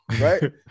right